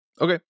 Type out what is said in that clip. Okay